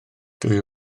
dwi